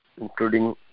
Including